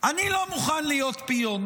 אני לא מוכן להיות פיון.